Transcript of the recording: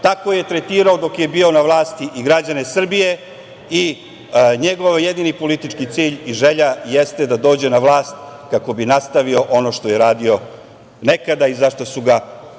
tako je tretirao dok je bio na vlasti i građane Srbije i njegov jedini politički cilj i želja jeste da dođe na vlast kako bi nastavio ono što je radio nekada i za šta su ga građani